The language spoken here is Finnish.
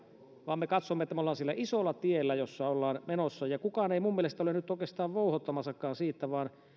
vaan me katsomme että me olemme sillä isolla tiellä menossa kukaan ei minun mielestäni ole nyt oikeastaan vouhottamassakaan siitä vaan